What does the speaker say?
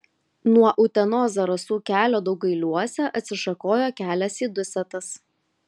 nuo utenos zarasų kelio daugailiuose atsišakoja kelias į dusetas